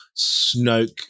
Snoke